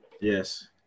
Yes